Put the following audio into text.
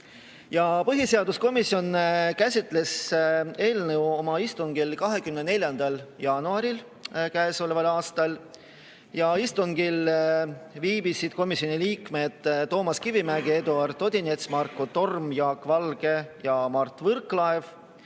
Põhiseaduskomisjon käsitles eelnõu oma istungil 24. jaanuaril käesoleval aastal ja istungil viibisid komisjoni liikmed Toomas Kivimägi, Eduard Odinets, Marko Torm, Jaak Valge ja Mart Võrklaev,